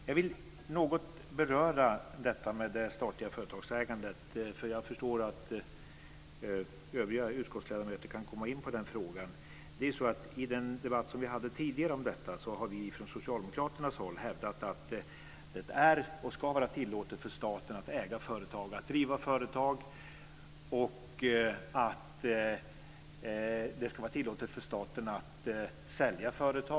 Jag vill något beröra detta med statligt företagsägande - en fråga som jag förstår att övriga utskottsledamöter kan komma in på. I den debatt som vi tidigare hade om detta har vi från socialdemokratiskt håll hävdat att det är, och ska vara, tillåtet för staten att äga företag och att driva företag samt att det ska vara tillåtet för staten att sälja företag.